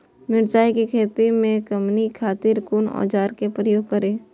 मिरचाई के खेती में कमनी खातिर कुन औजार के प्रयोग करी?